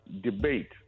debate